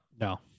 No